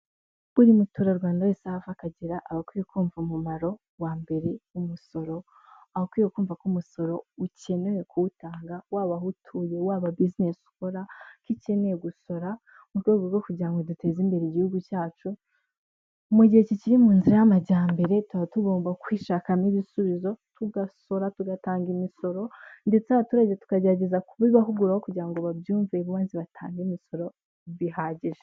Buri muturarwanda wese aho ava akagera, abakwiye kumva umumaro wa mbere w'umusoro. Aba akwiye kumva ko umusoro ukenewe kuwutanga, waba aho utuye, waba bizinesi ukora ko ikeneye gusora mu rwego rwo kugira ngo duteze imbere Igihugu cyacu. Mu gihe kikiri mu nzira y'amajyambere tuba tugomba kwishakamo ibisubizo. Tugasora tugatanga imisoro, ndetse abaturage tukagerageza kubibahuguraho kugira ngo babyumve, bubahirize batange imisoro bihagije.